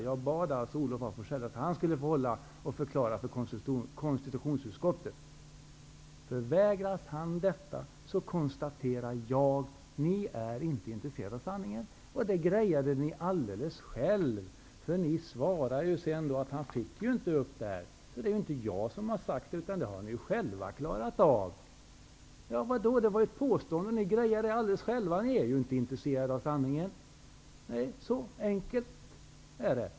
Jag bad alltså att Olof af Forselles skulle få förklara sig inför konstitutionsutskottet, och jag skriver: Förvägras han detta konstaterar jag: Ni är inte intresserade av sanningen. Detta klarade ni alldeles själva, då ni svarade att han inte fick komma. Jag har inte sagt det, utan det gjorde ni. Det var ett påstående. Ni klarade det själva -- ni är inte intresserade av sanningen. Så enkelt är det.